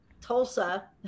Tulsa